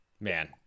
man